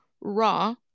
raw